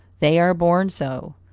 they are born so.